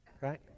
right